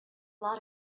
lot